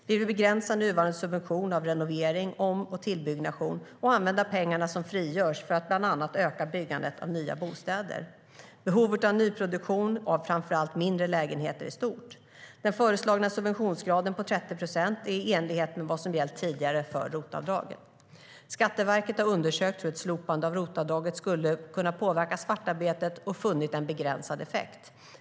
Vi vill begränsa nuvarande subvention av renovering, om och tillbyggnation och använda pengarna som frigörs för att bland annat öka byggandet av nya bostäder. Behovet av nyproduktion av framför allt mindre lägenheter är stort. Den föreslagna subventionsgraden på 30 procent är i enlighet med vad som gällt för tidigare ROT-avdrag. Skatteverket har undersökt hur ett slopande av ROT-avdraget skulle kunna påverka svartarbetet och funnit en begränsad effekt.